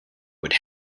would